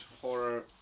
horror